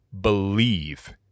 believe